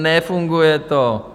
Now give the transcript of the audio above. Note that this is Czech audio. Nefunguje to!